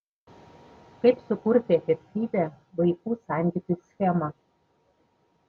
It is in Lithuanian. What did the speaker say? kaip sukurti efektyvią vaikų santykių schemą